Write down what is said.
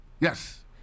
Yes